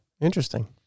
Interesting